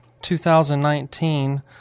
2019